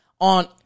on